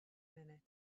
minute